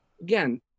again